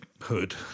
hood